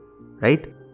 right